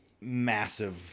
massive